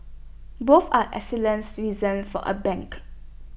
both are excellent reasons for A bank